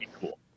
cool